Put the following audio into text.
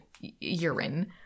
urine